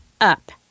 up